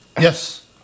Yes